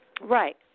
Right